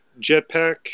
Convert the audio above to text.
Jetpack